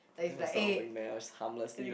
that was the oh wingman she harmlessly like